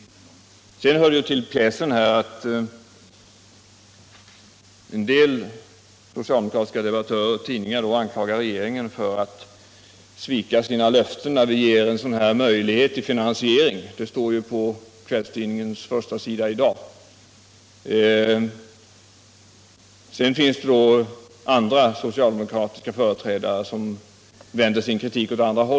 Det hör till pjäsen att en del socialdemokratiska debattörer och tidningar anklagar regeringen för att svika sina löften när vi ger möjlighet till finansiering; det står ju på den socialdemokratiska kvällstidningens förstasida i dag. Samtidigt finns det andra företrädare för socialdemokratin som anser att vi pressar kraftföretagen.